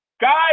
Guys